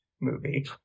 movie